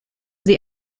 sie